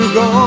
go